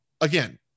again